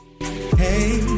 Hey